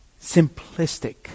simplistic